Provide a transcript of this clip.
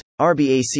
RBAC